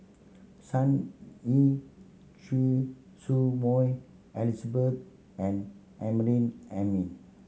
Sun Yee Choy Su Moi Elizabeth and Amrin Amin